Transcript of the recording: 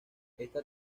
esta